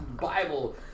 bible